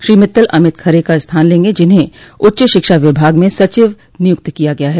श्री मित्तल अमित खरे का स्थान लेंगे जिन्हें उच्च शिक्षा विभाग म सचिव नियुक्त किया गया है